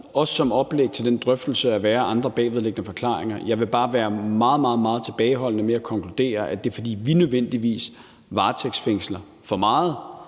også som et oplæg til den drøftelse vise sig at være andre bagvedliggende forklaringer. Jeg vil bare være meget, meget tilbageholdende med at konkludere, at det nødvendigvis er, fordi vi varetægtsfængsler for meget.